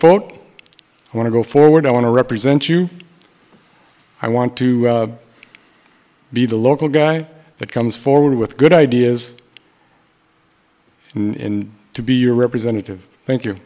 i want to go forward i want to represent you i want to be the local guy that comes forward with good ideas and to be your representative thank you